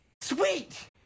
Sweet